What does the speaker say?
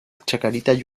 chacarita